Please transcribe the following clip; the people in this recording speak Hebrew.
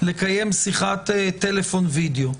לקיים שיחת טלפון וידיאו.